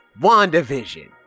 wandavision